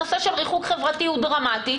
נושא הריחוק החברתי הוא דרמטי,